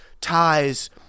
ties